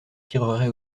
tireraient